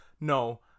no